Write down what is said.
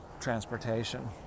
transportation